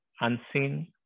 unseen